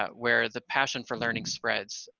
ah where the passion for learning spreads.